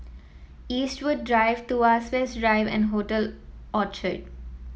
Eastwood Drive Tuas West Drive and Hotel Orchard